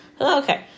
Okay